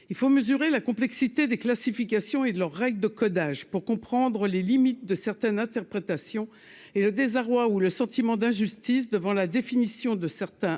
il faut mesurer la complexité des classifications et de leurs règles de codage pour comprendre les limites de certaines interprétations et le désarroi ou le sentiment d'injustice devant la définition de certains qualifié,